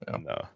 No